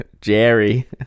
Jerry